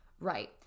right